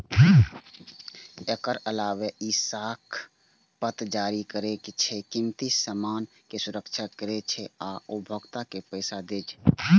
एकर अलावे ई साख पत्र जारी करै छै, कीमती सामान के सुरक्षा करै छै आ उपभोक्ता के पैसा दै छै